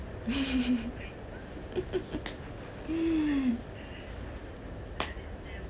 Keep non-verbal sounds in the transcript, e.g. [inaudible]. [laughs]